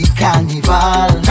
carnival